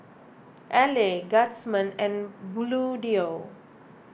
Elle Guardsman and Bluedio